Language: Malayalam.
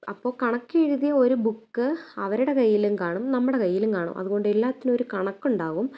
അപ്പോൾ കണക്ക് എഴുതിയ ഒരു ബുക്ക് അവരുടെ കൈയിലും കാണും നമ്മുടെ കൈയിലും കാണും അതുകൊണ്ട് എല്ലാത്തിനും ഒരു കണക്കുണ്ടാവും